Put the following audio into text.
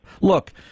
Look